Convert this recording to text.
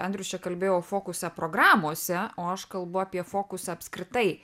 andrius čia kalbėjo fokusą programose o aš kalbu apie fokusą apskritai